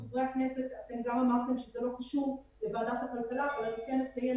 חבר הכנסת ניסנקורן צריך לכנס את הוועדה לדיון על פטור מחובת הנחה.